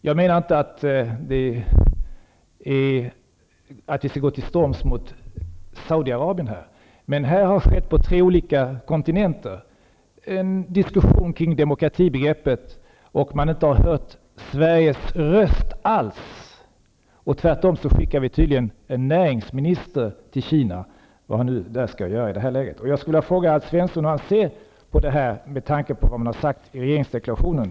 Jag menar inte att vi skall gå till storms mot Saudiarabien, men här har alltså på tre olika kontinenter förts en diskussion om demokratibegreppet utan att man har hört Sveriges röst. Tvärtom skickar vi tydligen en näringsminister till Kina -- vad han nu skall göra där, i detta läge. Jag vill fråga hur Alf Svensson ser på det här, med tanke på vad man har sagt i regeringsdeklarationen.